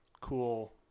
cool